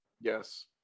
Yes